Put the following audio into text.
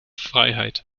vrijheid